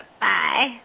Bye